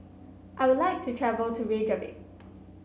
I would like to travel to Reykjavik